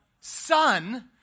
son